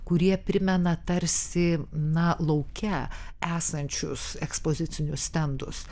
kurie primena tarsi na lauke esančius ekspozicinius stendus